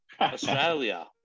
Australia